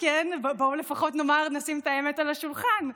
בואו לפחות נשים את האמת על השולחן: